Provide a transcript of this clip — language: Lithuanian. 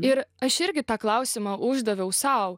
ir aš irgi tą klausimą uždaviau sau